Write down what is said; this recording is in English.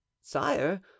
Sire